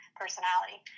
personality